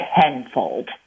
tenfold